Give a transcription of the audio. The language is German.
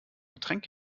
getränk